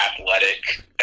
athletic